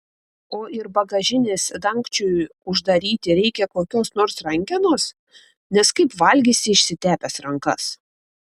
o ir bagažinės dangčiui uždaryti reikia kokios nors rankenos nes kaip valgysi išsitepęs rankas